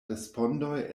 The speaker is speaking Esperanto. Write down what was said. respondoj